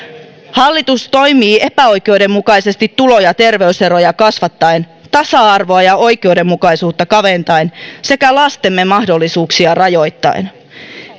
hallitus toimii epäoikeudenmukaisesti tulo ja terveyseroja kasvattaen tasa arvoa ja oikeudenmukaisuutta kaventaen sekä lastemme mahdollisuuksia rajoittaen